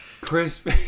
crisp